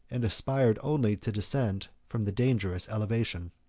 and aspired only to descend from the dangerous elevation.